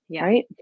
right